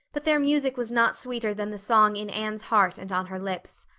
but their music was not sweeter than the song in anne's heart and on her lips.